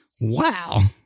wow